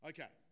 Okay